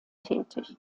tätig